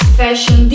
fashion